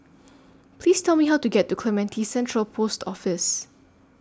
Please Tell Me How to get to Clementi Central Post Office